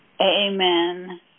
Amen